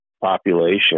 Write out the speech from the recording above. population